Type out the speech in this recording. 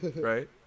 Right